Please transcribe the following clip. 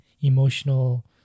emotional